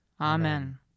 Amen